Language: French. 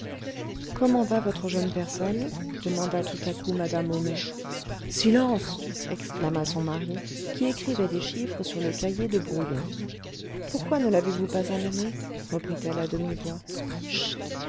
comment va votre jeune personne demanda tout à coup madame homais silence exclama son mari qui écrivait des chiffres sur le cahier de brouillons pourquoi ne l'avez-vous pas amenée reprit-elle à